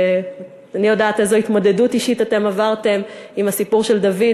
אני יודעת איזו התמודדות אישית אתם עברתם עם הסיפור של דוד,